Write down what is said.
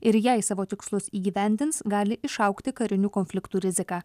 ir jei savo tikslus įgyvendins gali išaugti karinių konfliktų rizika